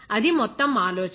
అది మొత్తం ఆలోచన